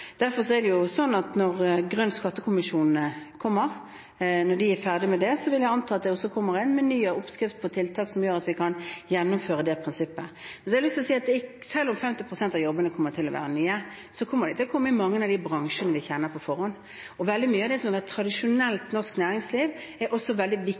jeg anta at det også kommer en meny av oppskrifter på tiltak som gjør at vi kan gjennomføre det prinsippet. Så har jeg lyst til å si at selv om 50 pst. av jobbene kommer til å være nye, kommer de til å komme i mange av de bransjene vi kjenner på forhånd. Veldig mye av det som har vært tradisjonelt norsk næringsliv, er også veldig viktig